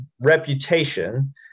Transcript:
reputation